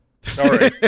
Sorry